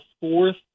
fourth